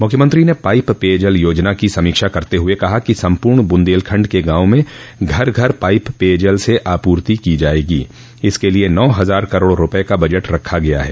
मुख्यमंत्री ने पाइप पेयजल योजना की समीक्षा करते हुए कहा कि सम्पूर्ण बुन्देलखंड के गांवों में घर घर पाइप पेयजल से आपूर्ति की जायेगी इसके लिए नौ हजार करोड़ रूपये का बजट रखा गया है